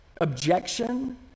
objection